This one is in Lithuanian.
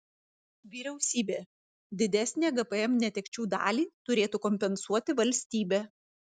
vyriausybė didesnę gpm netekčių dalį turėtų kompensuoti valstybė